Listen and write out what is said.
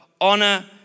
honor